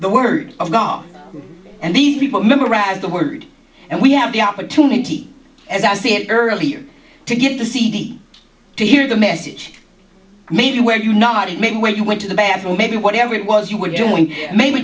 the word of god and these people memorized the word and we have the opportunity as i see it earlier to give the cd to hear the message maybe were you not mean when you went to the bathroom maybe whatever it was you were doing maybe